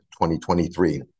2023